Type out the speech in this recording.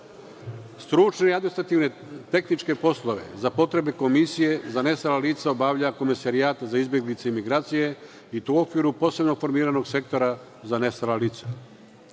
Stručne administrativne i tehničke poslove za potrebe Komisije za nestala lica obavlja Komesarijat za izbeglice i migracije, i to u okviru posebno formiranog sektora za nestala lica.